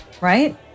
right